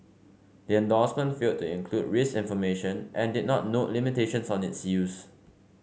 the endorsement failed to include risk information and did not note limitations on its use